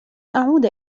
أعود